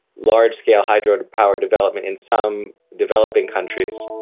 large-scale hydropower development in some developing countries.